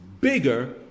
bigger